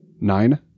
Nine